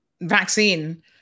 vaccine